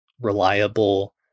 reliable